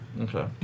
Okay